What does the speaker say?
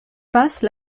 passent